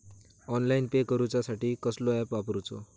Online pay करूचा साठी कसलो ऍप वापरूचो?